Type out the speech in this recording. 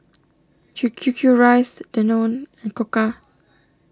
Q Q Q Rice Danone and Koka